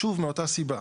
שוב, מאותה סיבה.